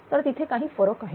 तर तिथे काही फरक आहेत